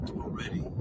already